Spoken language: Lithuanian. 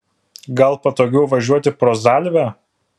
gal patogiau važiuoti pro zalvę